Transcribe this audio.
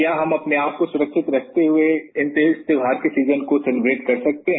क्या हम अपनेआप को सुरक्षित रखते हुए इन तीज त्योहार के सीजन को सेलिव्रेट कर सकते हैं